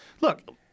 look